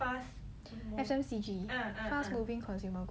F_M_C_G fast moving consumer goods